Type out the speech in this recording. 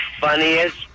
funniest